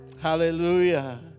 Hallelujah